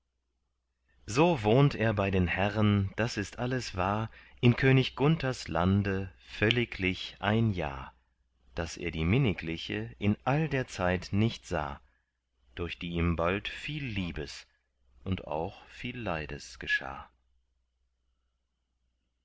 so wohnt er bei den herren das ist alles wahr in könig gunthers lande völliglich ein jahr daß er die minnigliche in all der zeit nicht sah durch die ihm bald viel liebes und auch viel leides geschah